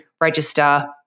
register